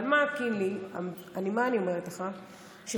אבל מה אני אומרת לך, קינלי?